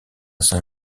saint